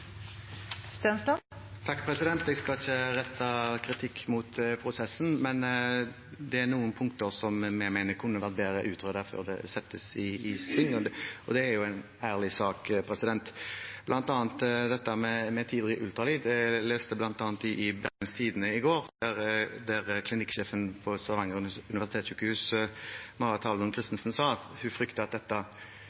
noen punkter vi mener kunne vært bedre utredet før det settes i gang, og det er jo en ærlig sak, bl.a. dette med tidlig ultralyd. Jeg leste i Bergens Tidende i går at avdelingssjefen ved Kvinneklinikken ved Stavanger universitetssjukehus,